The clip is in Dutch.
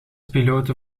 pilote